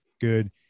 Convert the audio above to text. good